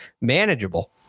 manageable